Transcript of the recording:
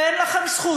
ואין לכם זכות,